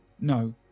No